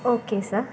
okay sir